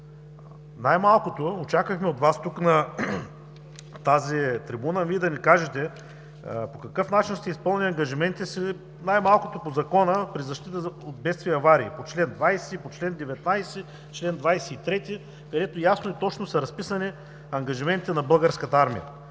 население. Очаквахме от Вас тук, на тази трибуна, да ни кажете по какъв начин сте изпълнили ангажиментите си, най-малкото по Закона за защита от бедствия и аварии – по чл. 20, по чл. 19, по чл. 23, където ясно и точно са разписани ангажиментите на Българската армия.